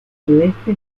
sudeste